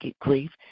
grief